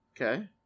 Okay